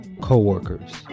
co-workers